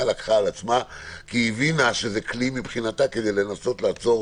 לקחה לעצמה כי היא הבינה שזה כלי לנסות לעצור